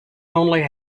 only